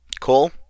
Cool